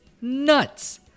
nuts